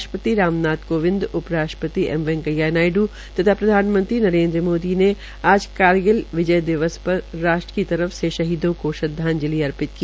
राष्ट्रपति राम नाथ कोविंद उप राष्ट्रपति एम वैंकेया नायड् तथा प्रधानमंत्री नरेन्द्र मोदी ने आज कारगिल विजय दिवस पर राष्ट्र की तरफ से शहीदों को श्रद्वाजंलि अर्पित की